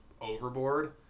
overboard